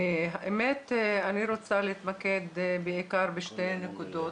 אני רוצה להתמקד בעיקר בשתי נקודות.